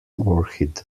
orchid